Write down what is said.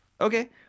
Okay